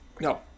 No